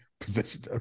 position